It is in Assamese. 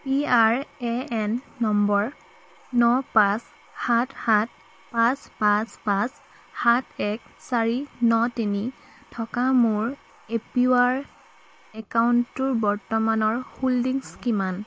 P R A N number ন পাঁচ সাত সাত পাঁচ পাঁচ পাঁচ সাত এক চাৰি ন তিনি থকা মোৰ এপিৱাৰ একাউণ্টটোৰ বৰ্তমানৰ হোল্ডিংছ কিমান